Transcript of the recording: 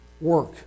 work